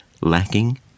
lacking